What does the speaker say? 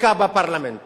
חקיקה בפרלמנט